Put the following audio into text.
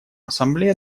ассамблея